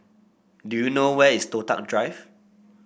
do you know where is Toh Tuck Drive